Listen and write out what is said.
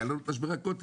היה לנו את משבר הקוטג',